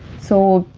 so,